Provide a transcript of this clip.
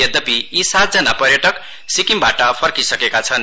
यद्यपि यी सात जना पर्यटक सिक्किमबाट फर्किसकेका छन